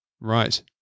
right